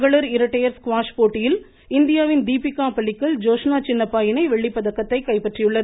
மகளிர் இரட்டையர் ஸ்குவாஷ் போட்டியில் இந்தியாவின் தீபிகா பலீகல் ஜோஷ்னா சின்னப்பா இணை வெள்ளிப்பதக்கத்தை கைப்பற்றியது